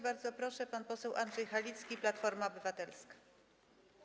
Bardzo proszę, pan poseł Andrzej Halicki, Platforma Obywatelska.